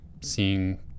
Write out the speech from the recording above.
seeing